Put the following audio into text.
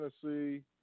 Tennessee